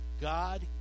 God